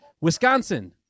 wisconsin